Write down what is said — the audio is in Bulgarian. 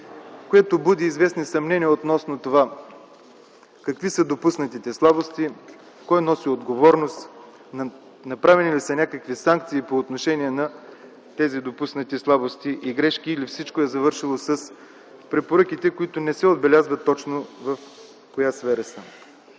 което буди известни съмнения относно това какви са допуснатите слабости, кой носи отговорност, направени ли са някакви санкции по отношение на тези допуснати слабости и грешки или всичко е завършило с препоръките, които не се отбелязват точно в коя сфера са.